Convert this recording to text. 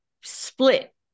split